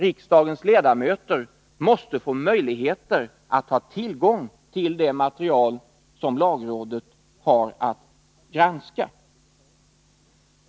Riksdagens ledamöter måste ha tillgång till det material som lagrådet har att granska.